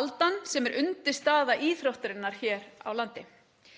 aldan sem er undirstaða íþróttarinnar hér á landi.